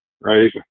right